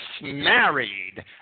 married